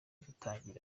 gutangira